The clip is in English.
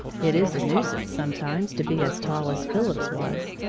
it is a nuisance, sometimes, to be as tall as phillips was.